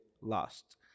lost